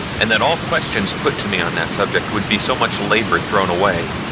and that all questions put to me on that subject would be so much labor thrown away.